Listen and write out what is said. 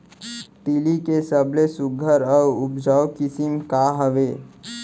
तिलि के सबले सुघ्घर अऊ उपजाऊ किसिम का हे?